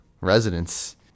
residents